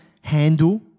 handle